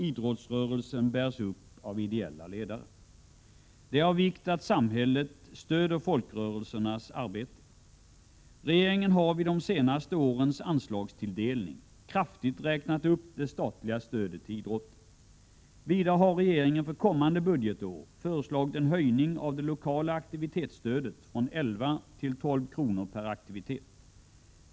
Idrottsrörelsen bärs upp av ideella ledare. Det är av vikt att samhället stöder folkrörelsernas arbete. Regeringen har vid de senaste årens anslagstilldelning kraftigt räknat upp det statliga stödet till idrotten. Vidare har regeringen för kommande budgetår föreslagit en höjning av det lokala aktivitetsstödet från 11 till 12 kr. per aktivitet.